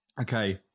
Okay